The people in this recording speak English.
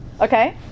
okay